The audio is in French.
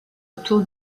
autour